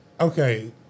Okay